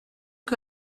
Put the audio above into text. que